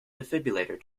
defibrillator